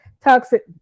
toxic